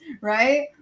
right